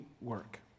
work